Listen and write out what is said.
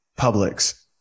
Publix